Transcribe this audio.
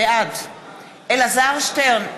בעד אלעזר שטרן,